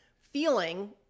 feeling